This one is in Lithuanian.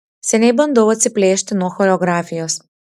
seniai bandau atsiplėšti nuo choreografijos